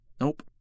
Nope